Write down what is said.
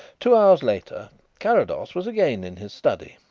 two hours later carrados was again in his study,